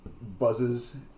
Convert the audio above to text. buzzes